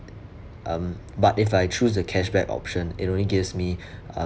um but if I choose a cashback option it only gives me um